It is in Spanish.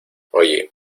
oye